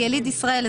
"יליד ישראל",